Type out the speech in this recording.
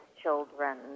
children